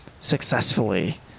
successfully